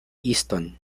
easton